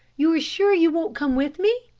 you're sure you won't come with me?